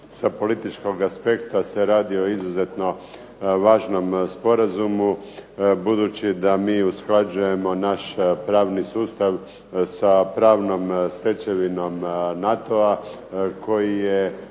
Sa političkog aspekta se radi o izuzetno važnom sporazumu budući da mi usklađujemo naš pravni sustav sa pravnom stečevinom NATO-a koji je